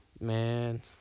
Man